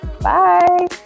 Bye